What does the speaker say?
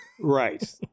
Right